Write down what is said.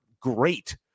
great